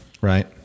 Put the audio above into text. right